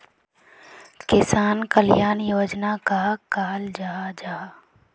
किसान कल्याण योजना कहाक कहाल जाहा जाहा?